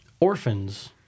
orphans